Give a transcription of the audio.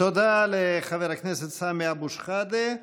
תודה לחבר הכנסת סמי אבו שחאדה.